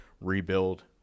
rebuild